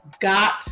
Got